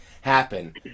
happen